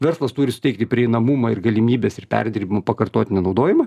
verslas turi suteikti prieinamumą ir galimybes ir perdirbimą pakartotinį naudojimą